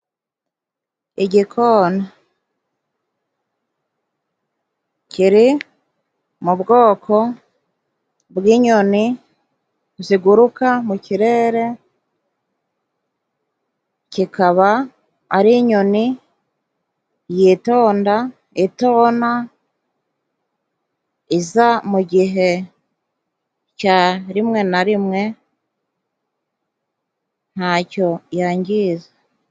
Igikona kiri mu bwoko bw'inyoni ziguruka mu kirere, kikaba ari inyoni yitonda itona iza mugihe cya rimwe na rimwe ntacyo yangiza.